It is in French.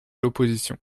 l’opposition